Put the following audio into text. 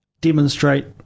demonstrate